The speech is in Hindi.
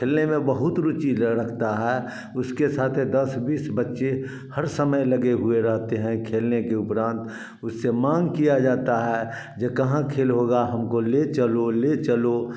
खेलने में बहुत रुचि ले रखता है उसके साथ दस बीच बच्चे हर समय लगे हुए रहते हैं खेलने के उपरांत उससे माँग किया जाता है जो कहाँ खेल होगा हमको ले चलो ले चलो